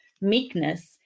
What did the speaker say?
meekness